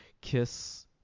kiss